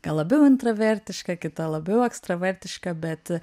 gal labiau intravertiška kita labiau ekstravertiška bet